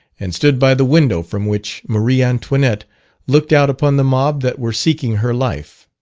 and stood by the window from which maria antoinette looked out upon the mob that were seeking her life.